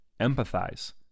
empathize